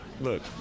Look